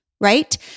Right